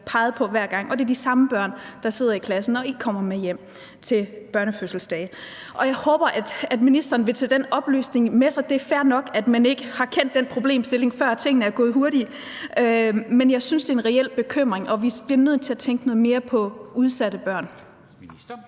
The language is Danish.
peget på hver gang, og det er de samme børn, der sidder i klassen og ikke kommer med hjem til børnefødselsdage. Jeg håber, at ministeren vil tage den oplysning med sig. Det er fair nok, at man ikke ikke før har kendt til den problemstilling, for tingene er gået hurtigt, men det er en reel bekymring, jeg har, og vi bliver nødt til at tænke noget mere på udsatte børn.